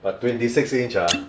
but twenty six inch ah